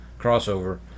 crossover